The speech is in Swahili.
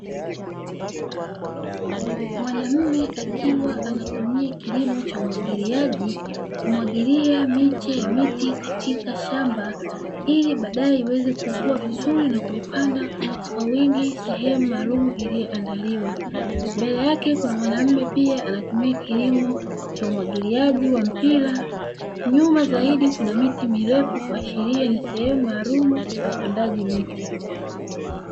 Mwanamme akiwa anatumia kilimo cha umwagiliaji kumwagilia miche ya miti katika shamba, ili baadaye iweze kukua vizuri na kuipanda kwa wingi sehemu maalumu, iliyoandaliwa mbele yake kuna mwanamume pia anatumia kilimo cha umwagiliaji wa mpira, nyuma zaidi kuna miti mirefu kuashiria ni sehemu maalum ya upandaji miti.